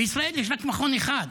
בישראל יש מכון אחד.